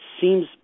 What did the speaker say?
seems